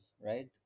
right